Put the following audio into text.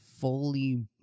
fully